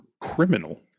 criminal